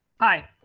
hi,